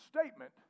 statement